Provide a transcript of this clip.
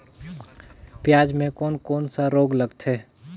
पियाज मे कोन कोन सा रोग लगथे?